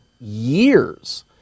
years